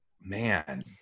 man